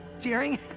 tearing